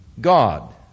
God